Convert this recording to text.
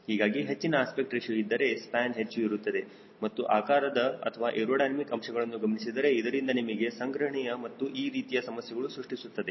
ಹೀಗಾಗಿ ಹೆಚ್ಚಿನ aspect ratio ಇದ್ದರೆ ಸ್ಪ್ಯಾನ್ ಹೆಚ್ಚು ಇರುತ್ತದೆ ಮತ್ತು ಆಕಾರದ ಅಥವಾ ಏರೋಡೈನಮಿಕ್ ಅಂಶಗಳನ್ನು ಗಮನಿಸಿದರೆ ಇದರಿಂದ ನಿಮಗೆ ಸಂಗ್ರಹಣೆಯ ಮತ್ತು ಈ ರೀತಿಯ ಸಮಸ್ಯೆಗಳು ಸೃಷ್ಟಿಸುತ್ತದೆ